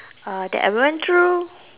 uh that I went through